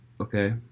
okay